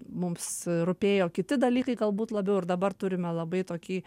mums rūpėjo kiti dalykai galbūt labiau ir dabar turime labai tokį